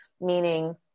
meaning